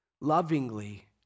lovingly